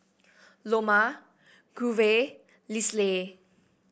Loma Grover Leslie